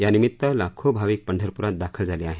यानिमित्त लाखो भाविक पंढरपुरात दाखल झाले आहेत